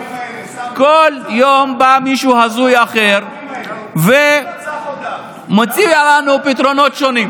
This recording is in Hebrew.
כל יום בא מישהו הזוי אחר ומציע לנו פתרונות שונים.